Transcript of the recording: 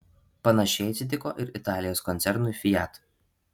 panašiai atsitiko ir italijos koncernui fiat